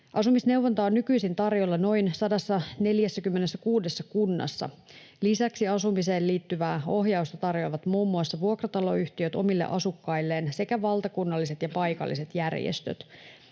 Asumisneuvontaa on nykyisin tarjolla noin 146 kunnassa. Lisäksi asumiseen liittyvää ohjausta tarjoavat muun muassa vuokrataloyhtiöt omille asukkailleen sekä valtakunnalliset ja paikalliset järjestöt.